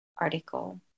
article